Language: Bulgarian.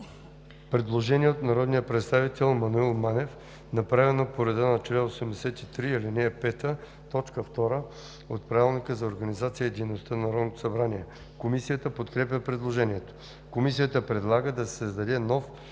предложение на народния представител Маноил Манев, направено по реда на чл. 83, ал. 5, т. 2 от Правилника за организацията и дейността на Народното събрание. Комисията подкрепя предложението. Комисията предлага да се създаде нов §